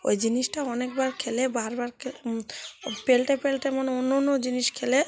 ওই জিনিসটা অনেকবার খেলে বারবার খে ও পালটে পালটে মানে অন্য অন্য জিনিস খেলে